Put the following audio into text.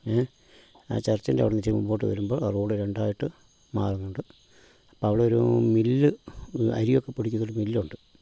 ങേ ആ ചർച്ചിൻ്റ അവിടുന്ന് ഇച്ചിരി മുൻപോട്ട് വരുമ്പോൾ ആ റോഡ് രണ്ടായിട്ട് മാറുന്നുണ്ട് അപ്പം അവിടെ ഒരു മില്ല് അരിയൊക്കെ പൊടിക്കുന്ന ഒരു മില്ല് ഉണ്ട്